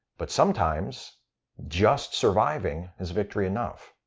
but sometimes just surviving is victory enough.